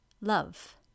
love